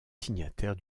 signataires